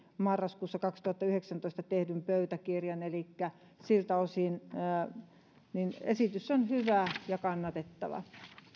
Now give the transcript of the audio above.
marraskuussa kaksituhattayhdeksäntoista tehdyn pöytäkirjan elikkä siltä osin esitys on hyvä ja kannatettava